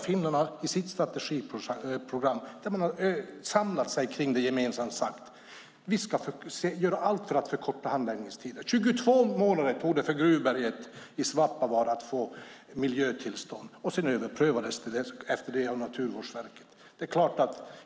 Finnarna har sitt strategiprogram som man har samlat sig kring gemensamt och sagt: Vi ska göra allt för att förkorta handläggningstiderna. Det tog 22 månader för Gruvberget i Svappavaara att få miljötillstånd, och sedan överprövades det av Naturvårdsverket.